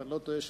אם אני לא טועה,